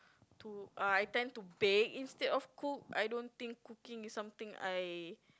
to uh I tend to bake instead of cook I don't think cooking is something I